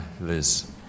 Liz